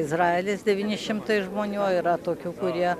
izraelis devyni šimtai žmonių o yra tokių kurie